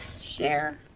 Share